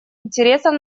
интересов